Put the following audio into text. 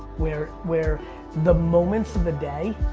where where the moments of the day,